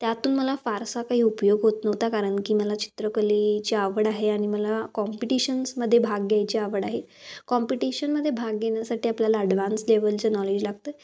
त्यातून मला फारसा काही उपयोग होत नव्हता कारण की मला चित्रकलेची आवड आहे आणि मला कॉम्पिटिशन्समध्ये भाग घ्यायची आवड आहे कॉम्पिटिशनमध्ये भाग घेण्यासाठी आपल्याला अडव्हान्स लेव्हलचं नॉलेज लागतं